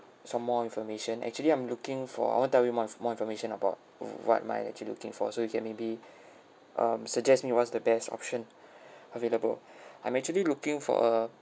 some more information actually I'm looking for I want to have more more information about what might I actually looking for so you can maybe um suggest me what's the best option available I'm actually looking for a